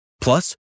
Plus